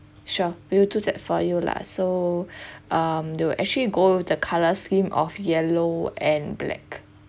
sure we will do that for you lah so um they will actually go the colour scheme of yellow and black